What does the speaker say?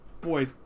boy